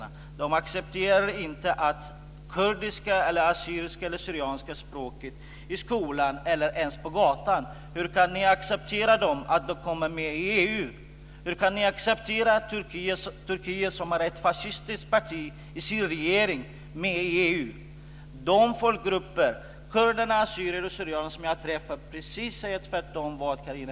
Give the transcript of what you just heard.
Turkiet accepterar inte kurdiska eller assyriska syrianer, säger precis tvärtemot det Carina